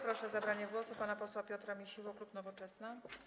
Proszę o zabranie głosu pana posła Piotra Misiłę, klub Nowoczesna.